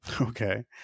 Okay